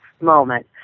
moment